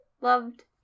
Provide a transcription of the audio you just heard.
loved